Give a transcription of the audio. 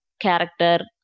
character